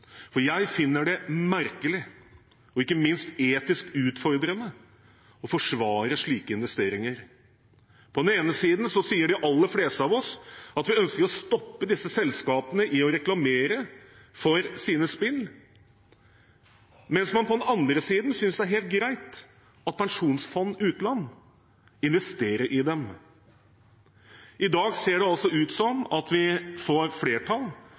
Jeg finner det merkelig og ikke minst etisk utfordrende å forsvare slike investeringer. På den ene siden sier de aller fleste av oss at vi ønsker å stoppe disse selskapene i å reklamere for sine spill, mens man på den andre siden synes det er helt greit at Statens pensjonsfond utland investerer i dem. I dag ser det altså ut til at vi får flertall